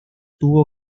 tuvo